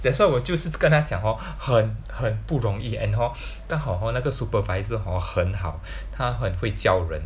that's why 我就是跟他讲 hor 很很不容易 and hor 刚好 hor 那个 supervisor hor 很好他很会教人